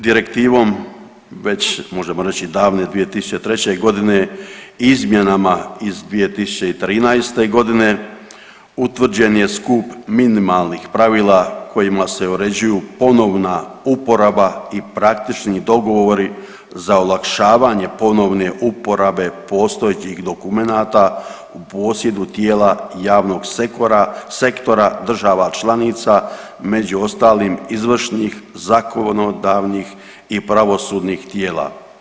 Direktivom već možemo reći davne 2003. godine, izmjenama iz 2013. godine utvrđen je skup minimalnih pravila kojima se uređuju ponovna uporaba i praktični dogovori za olakšavanje ponovne uporabe postojećih dokumenata u posjedu tijela javnog sektora država članica među ostalim izvršnih, zakonodavnih i pravosudnih tijela.